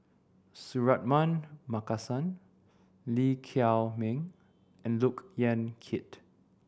Suratman Markasan Lee Chiaw Meng and Look Yan Kit